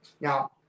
Now